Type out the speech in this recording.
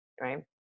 right